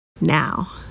now